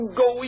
go